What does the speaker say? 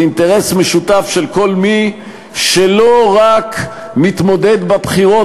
זה אינטרס משותף של כל מי שלא רק מתמודד בבחירות